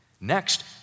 Next